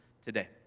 today